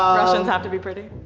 um russian's have to be pretty.